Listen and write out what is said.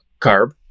carb